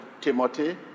Timothy